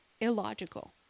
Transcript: illogical